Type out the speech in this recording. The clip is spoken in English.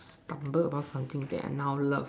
stumble upon something that I now love